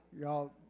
Y'all